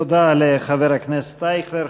תודה לחבר הכנסת אייכלר.